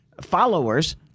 followers